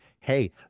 hey